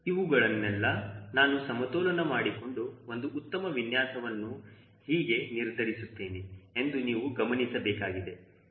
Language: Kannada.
ಇವುಗಳನ್ನೆಲ್ಲಾ ನಾನು ಸಮತೋಲನ ಮಾಡಿಕೊಂಡು ಒಂದು ಉತ್ತಮ ವಿನ್ಯಾಸವನ್ನು ಹೀಗೆ ನಿರ್ಧರಿಸುತ್ತೇನೆ ಎಂದು ನೀವು ಗಮನಿಸಬೇಕಾಗಿದೆ